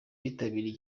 bitabiriye